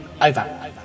over